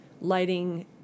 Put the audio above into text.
lighting